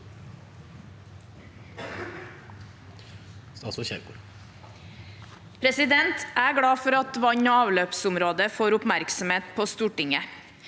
Jeg er glad for at vann- og avløpsområdet får oppmerksomhet på Stortinget.